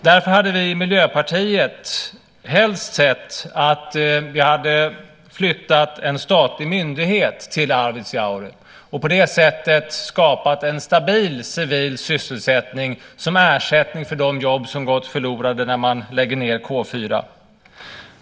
Därför hade vi i Miljöpartiet helst sett att vi hade flyttat en statlig myndighet till Arvidsjaur och på det sättet skapat en stabil civil sysselsättning som ersättning för de jobb som går förlorade när man lägger ned K 4.